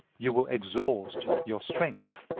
you will exhaust your strength.